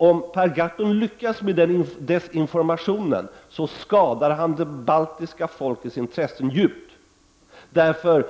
Om Per Gahrton lyckas med den desinformationen, skadar han de baltiska folkens intressen djupt, eftersom